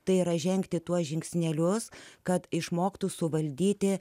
tai yra žengti tuos žingsnelius kad išmoktų suvaldyti